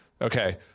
Okay